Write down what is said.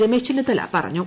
രമേശ് ചെന്നിത്തല പറഞ്ഞു